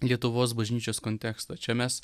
lietuvos bažnyčios kontekstą čia mes